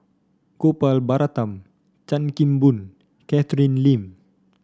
Gopal Baratham Chan Kim Boon Catherine Lim